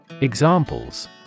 Examples